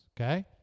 okay